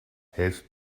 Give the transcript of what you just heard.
helft